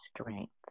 strength